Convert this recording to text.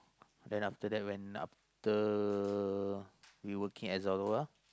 then after that when after we working at Zalora